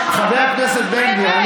חבר הכנסת בן גביר,